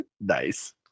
Nice